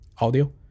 audio